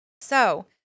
So-